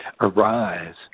arise